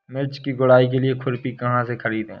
मिर्च की गुड़ाई के लिए खुरपी कहाँ से ख़रीदे?